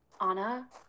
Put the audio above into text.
Anna